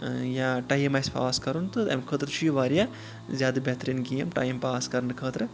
یا time pass پاس کَرُن تہٕ امہِ خٲطرٕ چھُ یہِ واریاہ زیادٕ بہتریٖن گیم ٹایِم پاس کَرنہٕ خٲطرٕ